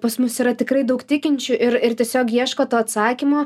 pas mus yra tikrai daug tikinčių ir ir tiesiog ieško to atsakymo